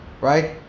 right